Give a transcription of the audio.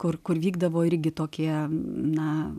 kur kur vykdavo irgi tokie na